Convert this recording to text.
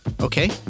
Okay